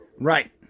Right